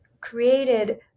created